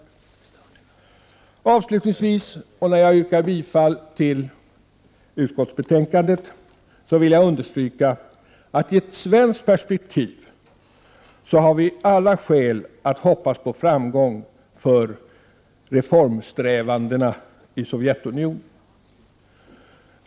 När jag avslutningsvis yrkar bifall till utskottets hemställan, vill jag understryka att vi i ett svenskt perspektiv har alla skäl att hoppas på framgång för reformsträvandena i Sovjetunionen.